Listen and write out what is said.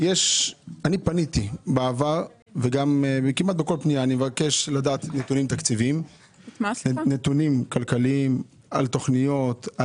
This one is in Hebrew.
פניתי בעבר וכמעט בכל פנייה אני מבקש לדעת נתונים כלכליים על תוכניות.